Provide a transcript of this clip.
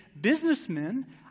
businessmen